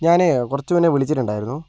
ഞാനേ കുറച്ച് മുന്നെ വിളിച്ചിട്ടുണ്ടായിരുന്നു